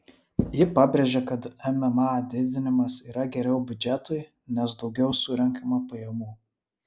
ji pabrėžė kad mma didinimas yra geriau biudžetui nes daugiau surenkama pajamų